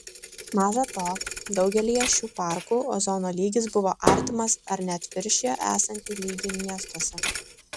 maža to daugelyje šių parkų ozono lygis buvo artimas ar net viršijo esantį lygį miestuose